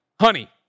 Honey